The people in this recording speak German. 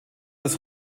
das